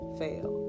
fail